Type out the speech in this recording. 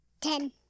Ten